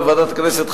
בוועדת הכנסת,